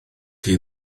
chi